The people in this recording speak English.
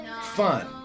fun